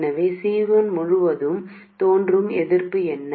எனவே C1 முழுவதும் தோன்றும் எதிர்ப்பு என்ன